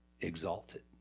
exalted